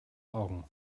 augen